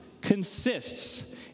consists